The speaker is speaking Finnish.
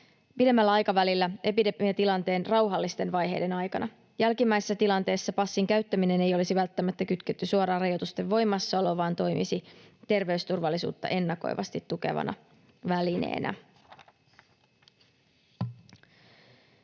pidemmällä aikavälillä epidemiatilanteen rauhallisten vaiheiden aikana. Jälkimmäisessä tilanteessa passin käyttämistä ei olisi välttämättä kytketty suoraan rajoitusten voimassaoloon vaan se toimisi terveysturvallisuutta ennakoivasti tukevana välineenä.